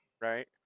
right